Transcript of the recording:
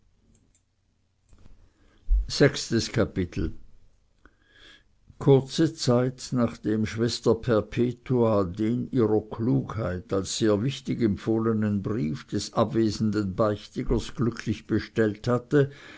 sechstes kapitel kurze zeit nachdem schwester perpetua den ihrer klugheit als sehr wichtig empfohlenen brief des abwesenden beichtigers glücklich bestellt hatte